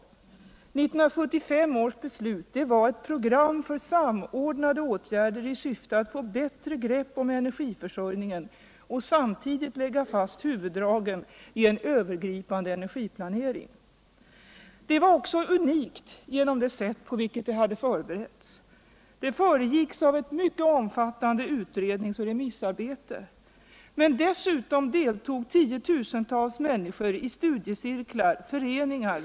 1975 års beslut var ett program för samordnade åtgärder i syfte att få bättre grepp om energiförsörjningen och samtidigt lägga fast huvuddragen i en övergripande energiplanering. 1975 års beslut var unikt också genom det sätt på vilket det hade förberetts. Det föregicks av ett mycket omfattande utrednings och remissarbete. Men dessutom deltog 10 000-tals människor i studiecirklar, föreningar.